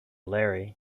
larry